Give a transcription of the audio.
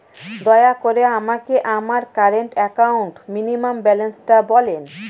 দয়া করে আমাকে আমার কারেন্ট অ্যাকাউন্ট মিনিমাম ব্যালান্সটা বলেন